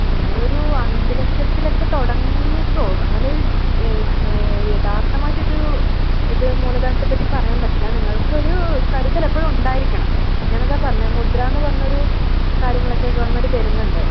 ആ നിങ്ങളൊരു അഞ്ച് ലക്ഷത്തിലൊക്കെ തുടങ്ങിക്കോ അങ്ങനെയൊരു യഥാർത്ഥമായിട്ടൊരു ഇത് മൂലധനത്തെ പറ്റി പറയാൻ പറ്റില്ല നിങ്ങൾക്കൊരു കരുതലെപ്പോഴും ഉണ്ടായിരിക്കണം ഞാനതാണ് പറഞ്ഞത് മുദ്ര എന്ന് പറഞ്ഞൊരു കാര്യങ്ങളൊക്കെ ഗവണ്മെന്റ് തരുന്നുണ്ട്